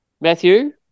Matthew